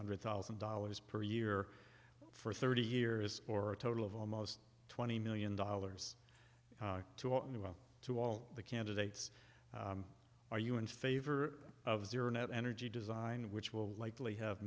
hundred thousand dollars per year for thirty years or a total of almost twenty million dollars to all the candidates are you in favor of zero net energy design which will likely have